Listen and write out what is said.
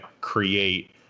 create